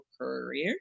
career